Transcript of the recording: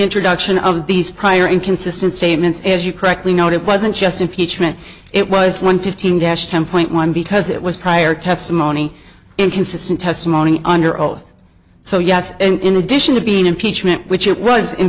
introduction of these prior inconsistent statements as you correctly note it wasn't just impeachment it was one fifteen dash ten point one because it was prior testimony inconsistent testimony under oath so yes in addition to being impeachment which it was i